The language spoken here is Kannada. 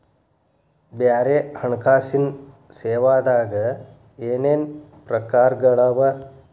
ಬ್ಯಾರೆ ಹಣ್ಕಾಸಿನ್ ಸೇವಾದಾಗ ಏನೇನ್ ಪ್ರಕಾರ್ಗಳವ?